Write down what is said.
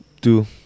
two